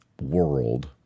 world